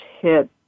hit